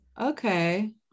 Okay